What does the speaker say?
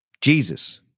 Jesus